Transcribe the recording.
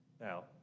now